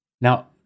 Now